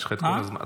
יש לך את כל הזמן.